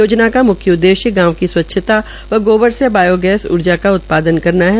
योजना का मुख्य उद्देश्य गांव की स्वच्छता व गोबर से बायोगैस ऊर्जा का उत्पादन करना है